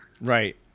Right